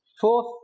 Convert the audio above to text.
fourth